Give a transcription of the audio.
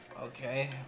Okay